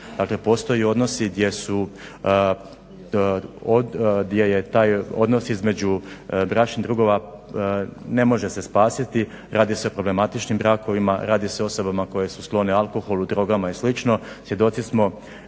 postoje odnosi gdje je taj odnos između bračnih drugova ne može se spasiti, radi se o problematičnim brakovima, radi se o osobama koje su sklone alkoholu, drogama i slično. Svjedoci smo